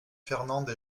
fernande